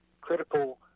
critical